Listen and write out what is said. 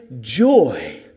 joy